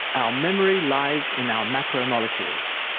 our memory lies in our macromolecules.